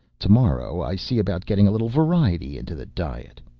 tomorrow i see about getting a little variety into the diet.